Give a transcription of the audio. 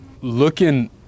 looking